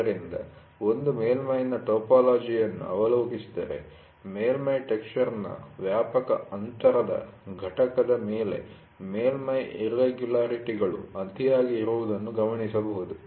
ಆದ್ದರಿಂದ ಒಂದು ಮೇಲ್ಮೈ'ನ ಟೋಪೋಲಜಿಯನ್ನು ಅವಲೋಕಿಸಿದರೆ ಮೇಲ್ಮೈ ಟೆಕ್ಸ್ಚರ್'ನ ವ್ಯಾಪಕ ಅಂತರದ ಘಟಕದ ಮೇಲೆ ಮೇಲ್ಮೈ ಇರ್ರೆಗುಲರಿಟಿ'ಗಳು ಅತಿಯಾಗಿ ಇರುವುದನ್ನು ಗಮನಿಸಬಹುದು